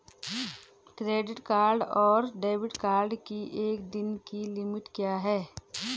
Credit card और debit card की एक दिन की लिमिट क्या है?